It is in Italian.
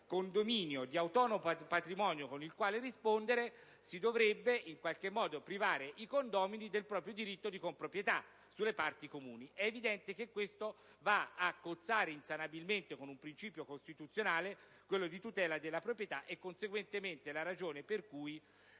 condominio di autonomo patrimonio con il quale rispondere si dovrebbe in qualche modo privare i condomini del proprio diritto di comproprietà sulle parti comuni: è evidente che ciò cozza insanabilmente con il principio costituzionale della tutela della proprietà. Per tale ragione, prima